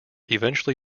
eventually